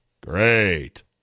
Great